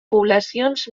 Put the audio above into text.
poblacions